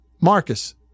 Marcus